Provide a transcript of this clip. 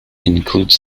includes